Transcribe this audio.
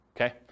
okay